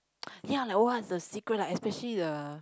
ya like what's the secret like especially the